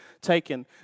taken